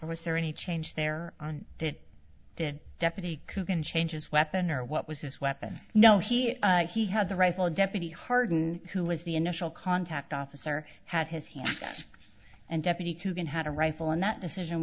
or was there any change there on that did deputy coogan change his weapon or what was his weapon know he he had the rifle deputy harden who was the initial contact officer had his hand and deputy coogan had a rifle and that decision